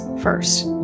first